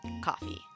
Coffee